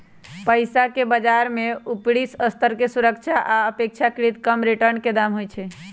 पइसाके बजार में उपरि स्तर के सुरक्षा आऽ अपेक्षाकृत कम रिटर्न के दाम होइ छइ